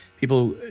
people